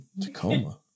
tacoma